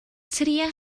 trïa